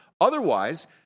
Otherwise